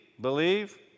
believe